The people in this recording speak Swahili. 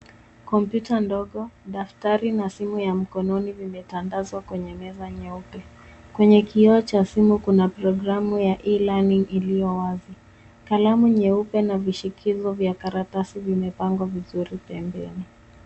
Kompyuta ndogo, daftari na simu ya mkononi vimetandazwa kwenye meza nyeupe. Kwenye kioo cha simu kuna programu ya e-learning iliyo wazi. Kalamu nyeupe na vishikizo vya karatasi vimepangwa vizuri pembeni.